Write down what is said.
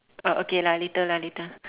uh okay lah later lah later